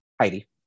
Heidi